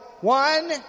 one